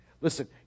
Listen